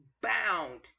bound